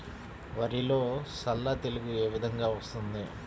వరిలో సల్ల తెగులు ఏ విధంగా వస్తుంది?